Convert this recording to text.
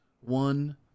One